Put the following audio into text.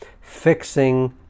fixing